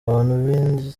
abantu